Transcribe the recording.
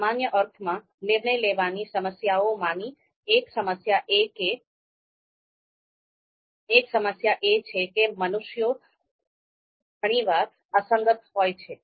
સામાન્ય અર્થમાં નિર્ણય લેવાની સમસ્યાઓમાંની એક સમસ્યા એ છે કે મનુષ્યો ઘણીવાર અસંગત હોય છે